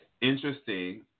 interesting